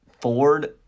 Ford